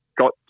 got